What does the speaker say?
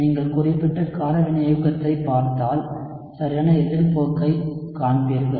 நீங்கள் குறிப்பிட்ட கார வினையூக்கத்தைப் பார்த்தால் சரியான எதிர் போக்கைக் காண்பீர்கள்